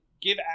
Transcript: give